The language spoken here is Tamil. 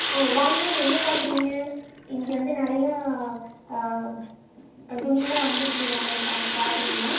ஆ வாங்க என்ன பார்க்குறிங்க இங்கே வந்து நிறையா துணிலாம் வந்துருக்கு வாங்க பாக பார்க்குறிங்களா